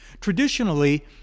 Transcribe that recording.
Traditionally